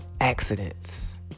accidents